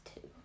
two